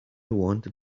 wanted